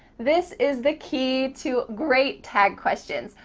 this is the key to great tag questions.